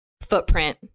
footprint